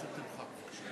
הכול בסדר.